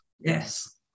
Yes